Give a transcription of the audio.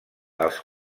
els